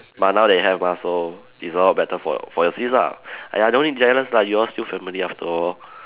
but now they have mah so it's a lot better for for your sis ah !aiya! no need jealous lah you all still family after all